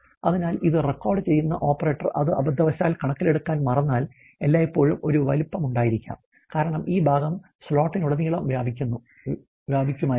അതിനാൽ ഇത് റെക്കോർഡുചെയ്യുന്ന ഓപ്പറേറ്റർ അത് അബദ്ധവശാൽ കണക്കിലെടുക്കാൻ മറന്നാൽ എല്ലായ്പ്പോഴും ഒരു വലുപ്പമുണ്ടായിരിക്കാം കാരണം ഈ ഭാഗം സ്ലോട്ടിലുടനീളം വ്യാപിക്കുമായിരുന്നു